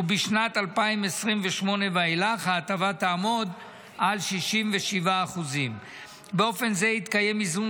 ובשנת 2028 ואילך ההטבה תעמוד על 67%. באופן זה יתקיים איזון